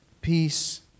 Peace